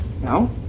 No